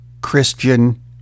Christian